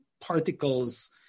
particles